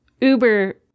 uber